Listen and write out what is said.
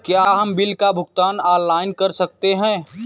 क्या हम बिल का भुगतान ऑनलाइन कर सकते हैं?